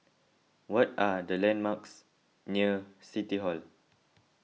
what are the landmarks near City Hall